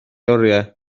oriau